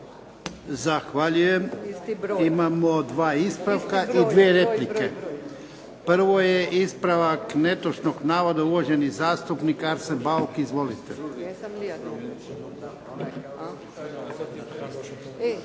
Zahvaljujem. Imamo dva ispravka i dvije replike. Prvo je ispravak netočnog navoda, uvaženi zastupnik Arsen Bauk. Izvolite.